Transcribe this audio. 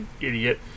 Idiot